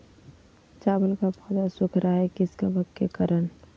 चावल का पौधा सुख रहा है किस कबक के करण?